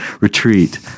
retreat